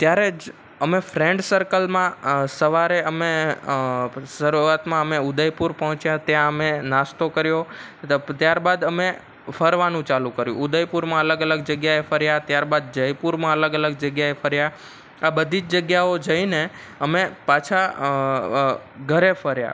ત્યારે જ અમે ફ્રેન્ડ સર્કલમાં સવારે અમે શરૂઆતમાં અમે ઉદયપુર પહોંચ્યા ત્યાં અમે નાસ્તો કર્યો ત્યારબાદ અમે ફરવાનું ચાલુ કર્યું ઉદયપુરમાં અલગ અલગ જગ્યાએ ફર્યા ત્યારબાદ જયપુરમાં અલગ અલગ જગ્યાએ ફર્યા આ બધી જ જગ્યાઓ જઈને અમે પાછા ઘરે ફર્યા